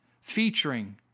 featuring